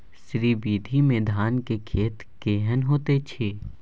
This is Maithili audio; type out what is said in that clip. श्री विधी में धान के खेती केहन होयत अछि?